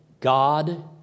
God